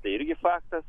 tai irgi faktas